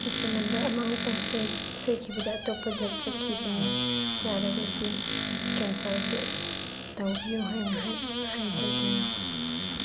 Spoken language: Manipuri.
ꯑꯩꯁꯦ ꯅꯝꯕꯔ ꯑꯃ ꯈꯛꯇꯪ ꯁꯣꯏ ꯁꯣꯏꯈꯤꯕꯗ ꯑꯇꯣꯞꯄꯗ ꯆꯠꯈꯤꯕꯅꯦ ꯌꯥꯔꯒꯗꯤ ꯀꯦꯟꯁꯦꯜꯁꯦ ꯇꯧꯕꯤꯌꯣ ꯍꯥꯏꯅ ꯍꯥꯏꯖꯕꯅꯤ